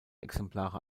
exemplare